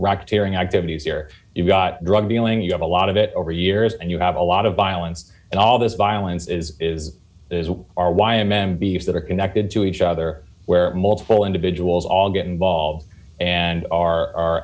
rock tearing activities here you've got drug dealing you have a lot of it over years and you have a lot of violence and all this violence is our y m m v if that are connected to each other where multiple individuals all get involved and are